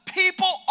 people